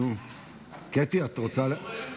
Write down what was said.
קטי, תורך.